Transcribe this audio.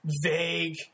vague